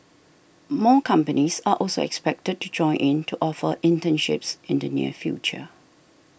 more companies are also expected to join in to offer internships in the near future